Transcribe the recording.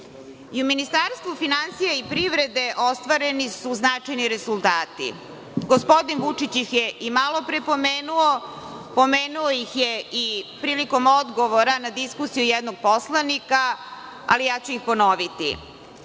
I u Ministarstvu finansija privrede ostvareni su značajni rezultati. Gospodin Vučić ih je i malo pre pomenuo, a pomenuo ih je i prilikom odgovora na diskusije jednog poslanika, ali ja ću ih ponoviti.